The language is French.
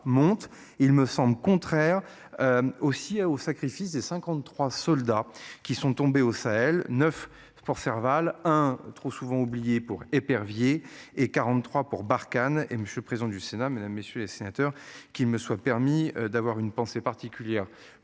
il me semble contraire. Aussi au sacrifice des 53 soldats qui sont tombés au Sahel 9 pour faire valent hein trop souvent oubliés pour épervier et 43 pour Barkhane et Monsieur président du Sénat, Mesdames, messieurs les sénateurs qu'il me soit permis d'avoir une pensée particulière pour